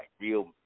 real